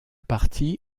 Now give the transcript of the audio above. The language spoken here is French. parti